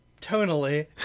tonally